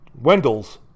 Wendell's